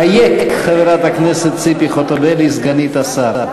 אייך, חברת הכנסת ציפי חוטובלי, סגנית השר?